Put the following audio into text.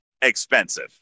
expensive